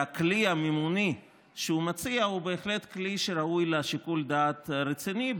והכלי המימוני שהוא מציע הוא בהחלט כלי שראוי לו שיקול דעת רציני,